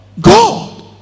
God